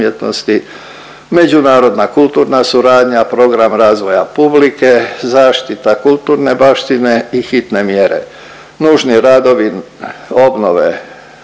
međunarodna kulturna suradnja, program razvoja publike, zaštita kulturne baštine i hitne mjere, nužni radovi obnove